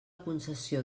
concessió